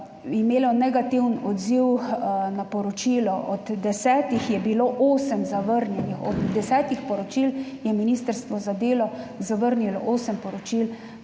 imelo negativen odziv na poročilo. Od 10 je bilo osem zavrnjenih, od 10 poročil je ministrstvo za delo zavrnilo osem poročil,